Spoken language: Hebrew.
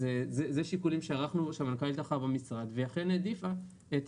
אז זה שיקולים שערכה מנכ"לית המשרד ואכן העדיפה את